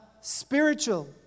spiritual